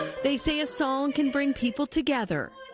they say a song can bring people together.